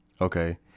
Okay